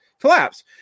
collapse